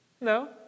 No